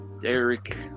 Derek